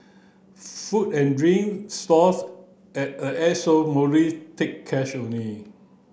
food and drink stalls at a Airshow take cash only